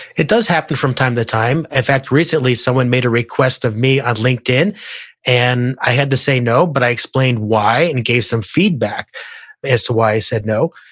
it does happen from time to time. in fact, recently someone made a request of me on linkedin and i had to say no, but i explained why and gave some feedback as to why i said no.